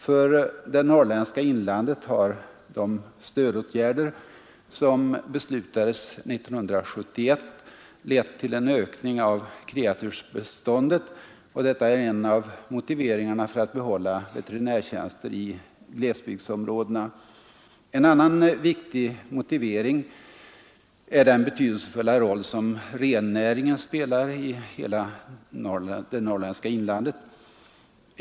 För det norrländska inlandet har de stödåtgärder som beslutades 1971 lett till en ökning av kreatursbeståndet, och detta är en av motiveringarna för att behålla veterinärtjänster i glesbygdsområdena. En annan viktig motivering är den betydelsefulla roll som rennäringen spelar i hela det norrländska inlandet.